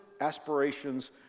aspirations